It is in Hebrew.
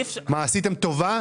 מה, עשיתם טובה?